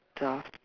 stuff